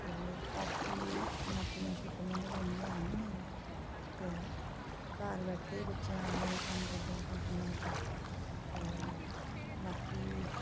ते बाकी नौकरियां शौकरियां इं'दे कोल इन्नियां हैन नी हैन ते घर बैठियै बच्चे आनलाइन कम्म करदे कम्पनियां च ते बाकी